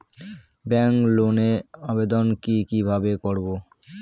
Bank লোনের আবেদন কি কিভাবে করব?